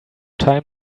time